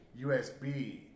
USB